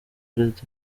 perezida